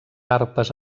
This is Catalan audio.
arpes